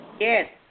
Yes